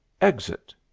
exit